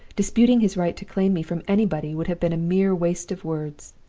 disputing his right to claim me from anybody would have been a mere waste of words.